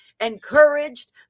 encouraged